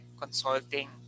consulting